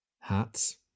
hats